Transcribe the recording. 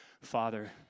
Father